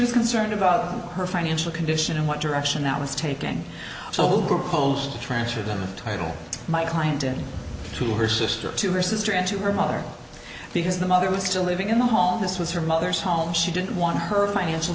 was concerned about her financial condition and what direction i was taking so would propose to transfer the title to my client and to her sister to her sister and to her mother because the mother was still living in the hall this was her mother's home she didn't want her financial